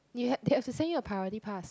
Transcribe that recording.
you have they have to send you a priority pass